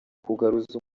kugaruza